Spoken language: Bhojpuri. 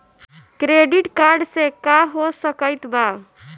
क्रेडिट कार्ड से का हो सकइत बा?